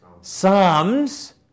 Psalms